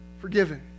forgiven